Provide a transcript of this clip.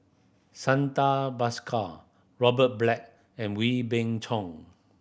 Santa Bhaskar Robert Black and Wee Bing Chong